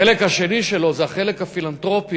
החלק השני שלו זה החלק הפילנתרופי.